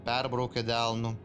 perbraukia delnu